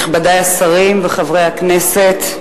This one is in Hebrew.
וחברי הכנסת,